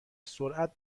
سرعت